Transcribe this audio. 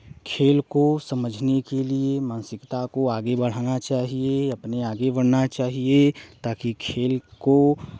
खेल को समझने के लिए मानसिकता को आगे बढ़ाना चाहिए अपने आगे बढ़ना चाहिए ताकि खेल को